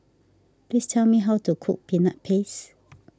please tell me how to cook Peanut Paste